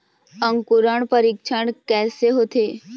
अंकुरण परीक्षण कैसे होथे?